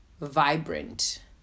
Vibrant